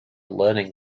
learning